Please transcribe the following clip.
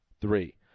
Three